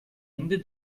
ende